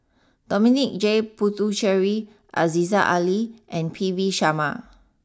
Dominic J Puthucheary Aziza Ali and P V Sharma